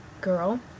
girl